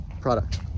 product